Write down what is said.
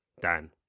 Dan